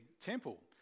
temple